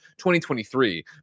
2023